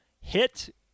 hit